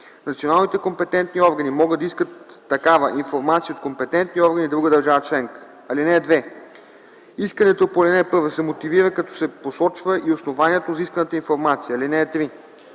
Националните компетентни органи могат да искат такава информация от компетентни органи в друга държава членка. (2) Искането по ал. 1 се мотивира, като се посочва и основанието за исканата информация. (3)